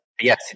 Yes